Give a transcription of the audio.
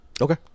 Okay